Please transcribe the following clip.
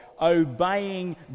obeying